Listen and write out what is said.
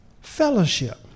fellowship